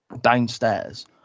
downstairs